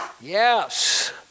Yes